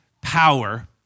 power